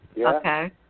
Okay